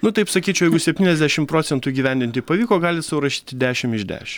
nu taip sakyčiau septyniasdešimt procentų įgyvendinti pavyko galit sau rašyti dešimt iš dešimt